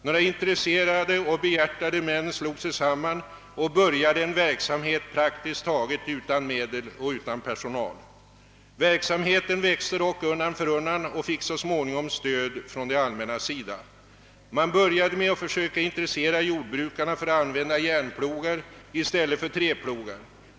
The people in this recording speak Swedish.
Några intresserade och behjärtade män slog sig samman och började en verksamhet praktiskt taget utan medel och personal. Verksamheten växte dock undan för undan och erhöll så småningom stöd av det allmänna. Man började med att försöka intressera jordbrukarna för att använda järnplogar i stället för träplogar.